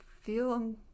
feel